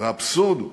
והאבסורד הוא,